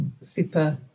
super